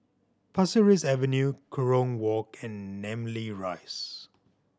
Pasir Ris Avenue Kerong Walk and Namly Rise